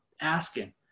asking